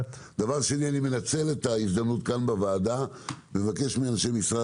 שנית אני מנצל את ההזדמנות כאן בוועדה לבקש מאנשי משרד